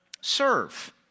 serve